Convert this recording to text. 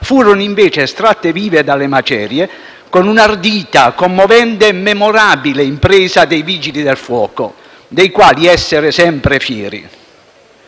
furono invece estratte vive dalle macerie, con un'ardita, commovente e memorabile impresa dei Vigili del fuoco, dei quali essere sempre fieri.